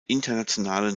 internationalen